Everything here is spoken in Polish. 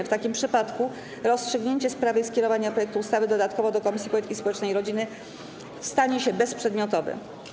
W takim przypadku rozstrzygnięcie sprawy skierowania projektu ustawy dodatkowo do Komisji Polityki Społecznej i Rodziny stanie się bezprzedmiotowe.